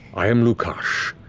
i am lukash.